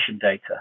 data